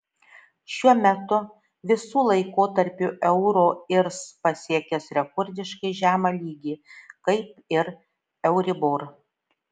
šiuo metu visų laikotarpių euro irs pasiekęs rekordiškai žemą lygį kaip ir euribor